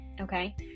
okay